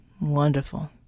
Wonderful